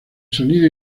sonido